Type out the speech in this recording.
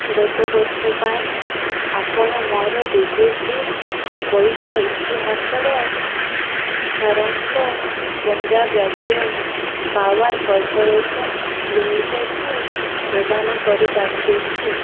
ଗତ ବର୍ଷ ପାଇଁ ଆପଣ ମୋର ବିଦ୍ୟୁତ ବିଲ୍ ପଇଠ ଇତିହାସର ସାରାଂଶ ପଞ୍ଜାବ ରାଜ୍ୟ ପାୱାର୍ କର୍ପୋରେସନ୍ ଲିମିଟେଡ଼୍କୁ ପ୍ରଦାନ କରିପାରିବେ କି